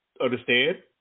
understand